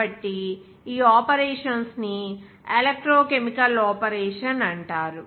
కాబట్టి ఈ ఆపరేషన్స్ ని ఎలక్ట్రో కెమికల్ ఆపరేషన్ అంటారు